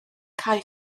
cae